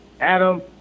Adam